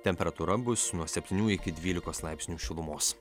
temperatūra bus nuo septynių iki devylikos laipsnių šilumos